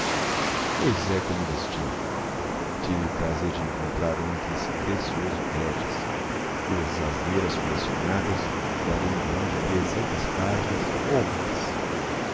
é como lhes digo tive o prazer de encontrar ontem esse precioso guedes cujas asneiras colecionadas dariam um volume de trezentas páginas ou mais